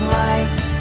light